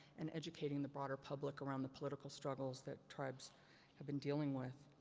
and educating the broader public around the political struggles that tribes have been dealing with.